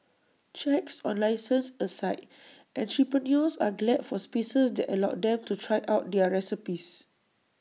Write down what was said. checks on licences aside entrepreneurs are glad for spaces that allow them to try out their recipes